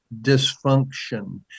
dysfunction